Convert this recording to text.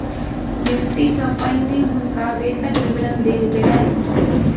नियुक्ति सॅ पहिने हुनका वेतन विवरण देल गेलैन